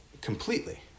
completely